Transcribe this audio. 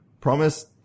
Promise